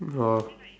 orh